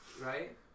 right